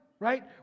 Right